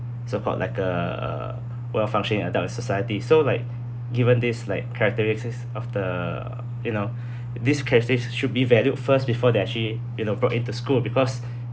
sort of like uh a well-functioning adult in society so like given these like characteristics of the you know these characteristics should be valued first before they are actually you know brought into school because